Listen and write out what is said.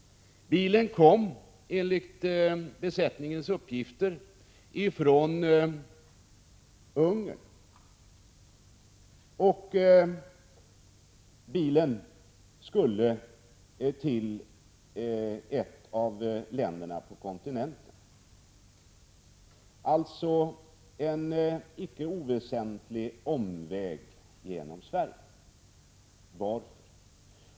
Bilen kom enligt besättningens uppgifter från Ungern och skulle till ett av länderna på kontinenten. Den hade alltså gjort en icke oväsentlig omväg genom Sverige. Varför?